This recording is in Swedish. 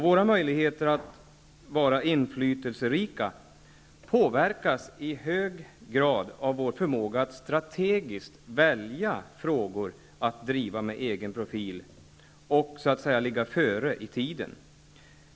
Våra möjligheter att vara inflytelserika påverkas i hög grad av vår förmåga att strategiskt välja frågor att driva med egen profil och så att säga ligga före i tiden.